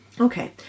Okay